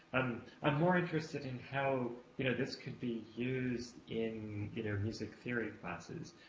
um i'm more interested in how you know this could be used in music theory classes.